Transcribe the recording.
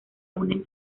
unen